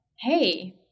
Hey